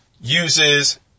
uses